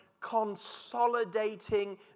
consolidating